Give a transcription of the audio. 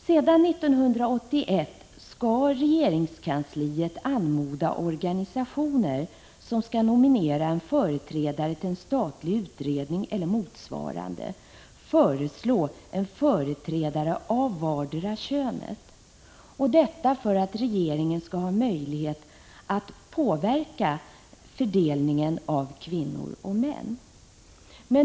Sedan 1981 skall regeringskansliet anmoda organisationer som skall nominera företrädare till en statlig utredning eller motsvarande att föreslå en företrädare av vartera könet — detta för att regeringen skall ha möjlighet att påverka fördelningen av kvinnor och män.